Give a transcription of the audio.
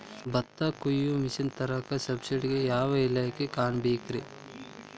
ಭತ್ತ ಕೊಯ್ಯ ಮಿಷನ್ ತರಾಕ ಸಬ್ಸಿಡಿಗೆ ಯಾವ ಇಲಾಖೆ ಕಾಣಬೇಕ್ರೇ?